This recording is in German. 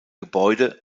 gebäude